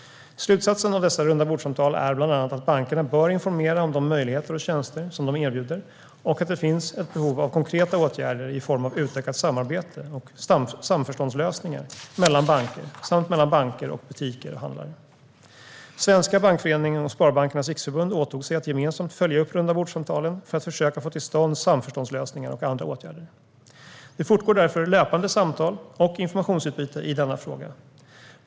Slutsatsen av dessa rundabordssamtal är bland annat att bankerna bör informera om de möjligheter och tjänster som de erbjuder och att det finns ett behov av konkreta åtgärder i form av utökat samarbete och samförståndslösningar mellan banker samt mellan banker och butiker/handlare. Svenska Bankföreningen och Sparbankernas Riksförbund åtog sig att gemensamt följa upp rundabordssamtalen för att försöka få till stånd samförståndslösningar och andra åtgärder. Det fortgår därför löpande samtal och informationsutbyte i denna fråga.